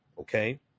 okay